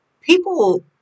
People